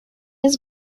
his